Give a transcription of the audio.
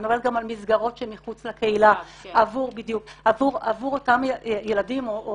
אני מדברת גם על מסגרות שמחוץ לקהילה עבור אותם ילדים או